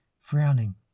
frowning